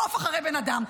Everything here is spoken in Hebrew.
קוף אחרי בן אדם,